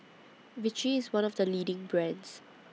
Vichy IS one of The leading brands